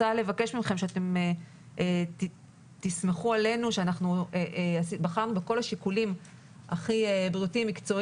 אני רוצה לבקש מכם שתסמכו עלינו שבחנו את כל השיקולים הכי מקצועיים,